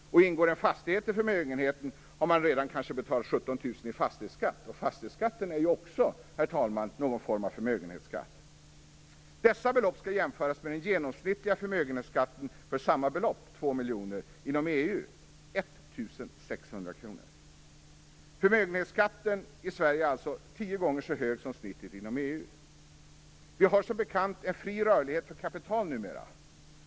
Ingår en fastighet i förmögenheten har man kanske redan betalt 17 000 kr i fastighetsskatt, vilket också är en form av förmögenhetsskatt. Dessa belopp skall jämföras med den genomsnittliga skatten på en förmögenhet på 2 miljoner kronor inom EU som är 1 600 kr. Förmögenhetsskatten i Sverige är således tio gånger så hög som snittet inom EU. Vi har som bekant en fri rörlighet för kapital numera.